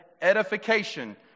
edification